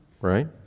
Right